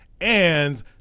and-